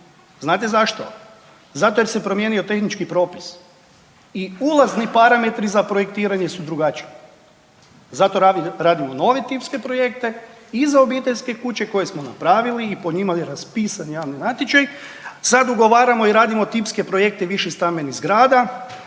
Znate zašto? Zato jer se promijenio tehnički propis i ulazni parametri za projektiranje su drugačiji. Zato radimo nove tipske projekte i za obiteljske objekte koje smo napravili i po njima je raspisan javni natječaj, sad ugovaramo i radimo tipske projekte više stambenih zgrada,